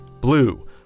Blue